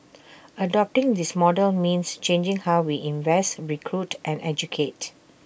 adopting this model means changing how we invest recruit and educate